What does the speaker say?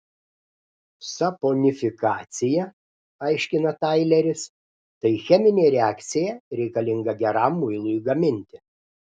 saponifikacija aiškina taileris tai cheminė reakcija reikalinga geram muilui gaminti